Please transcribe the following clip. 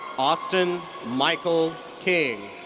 austin michael king.